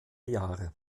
jahre